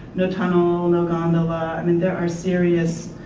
no tunnel, no gondola, i mean there are serious